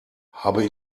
habe